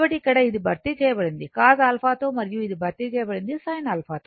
కాబట్టి ఇక్కడ ఇది భర్తీ చేయబడింది cos α తో మరియు ఇది భర్తీ చేయబడింది sin α తో